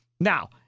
Now